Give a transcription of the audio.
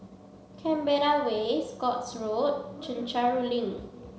Canberra Way Scotts Road Chencharu Link